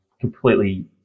completely